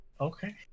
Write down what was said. okay